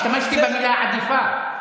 השתמשתי במילה "עדיפה",